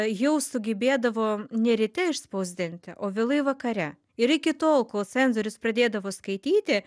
jau sugebėdavo ne ryte išspausdinti o vėlai vakare ir iki tol kol cenzorius pradėdavo skaityti